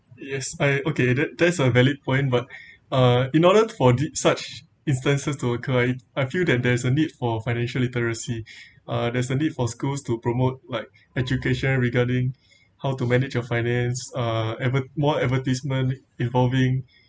yes I okay that that's a valid point but uh in order for this such instances to occur I i feel that there is a need or financial literacy uh there's a need for schools to promote like education regarding how to manage your finance uh more advertisement involving